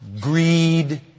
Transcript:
greed